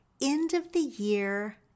end-of-the-year